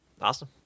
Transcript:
Awesome